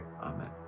amen